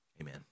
amen